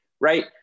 Right